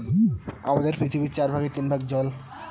আমাদের পৃথিবীর চার ভাগের তিন ভাগ জল